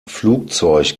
flugzeug